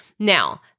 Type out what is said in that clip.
Now